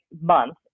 month